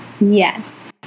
yes